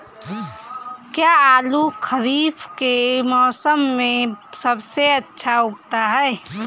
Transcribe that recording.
क्या आलू खरीफ के मौसम में सबसे अच्छा उगता है?